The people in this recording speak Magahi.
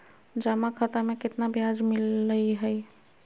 जमा खाता में केतना ब्याज मिलई हई?